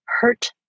hurt